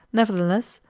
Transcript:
nevertheless,